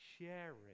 sharing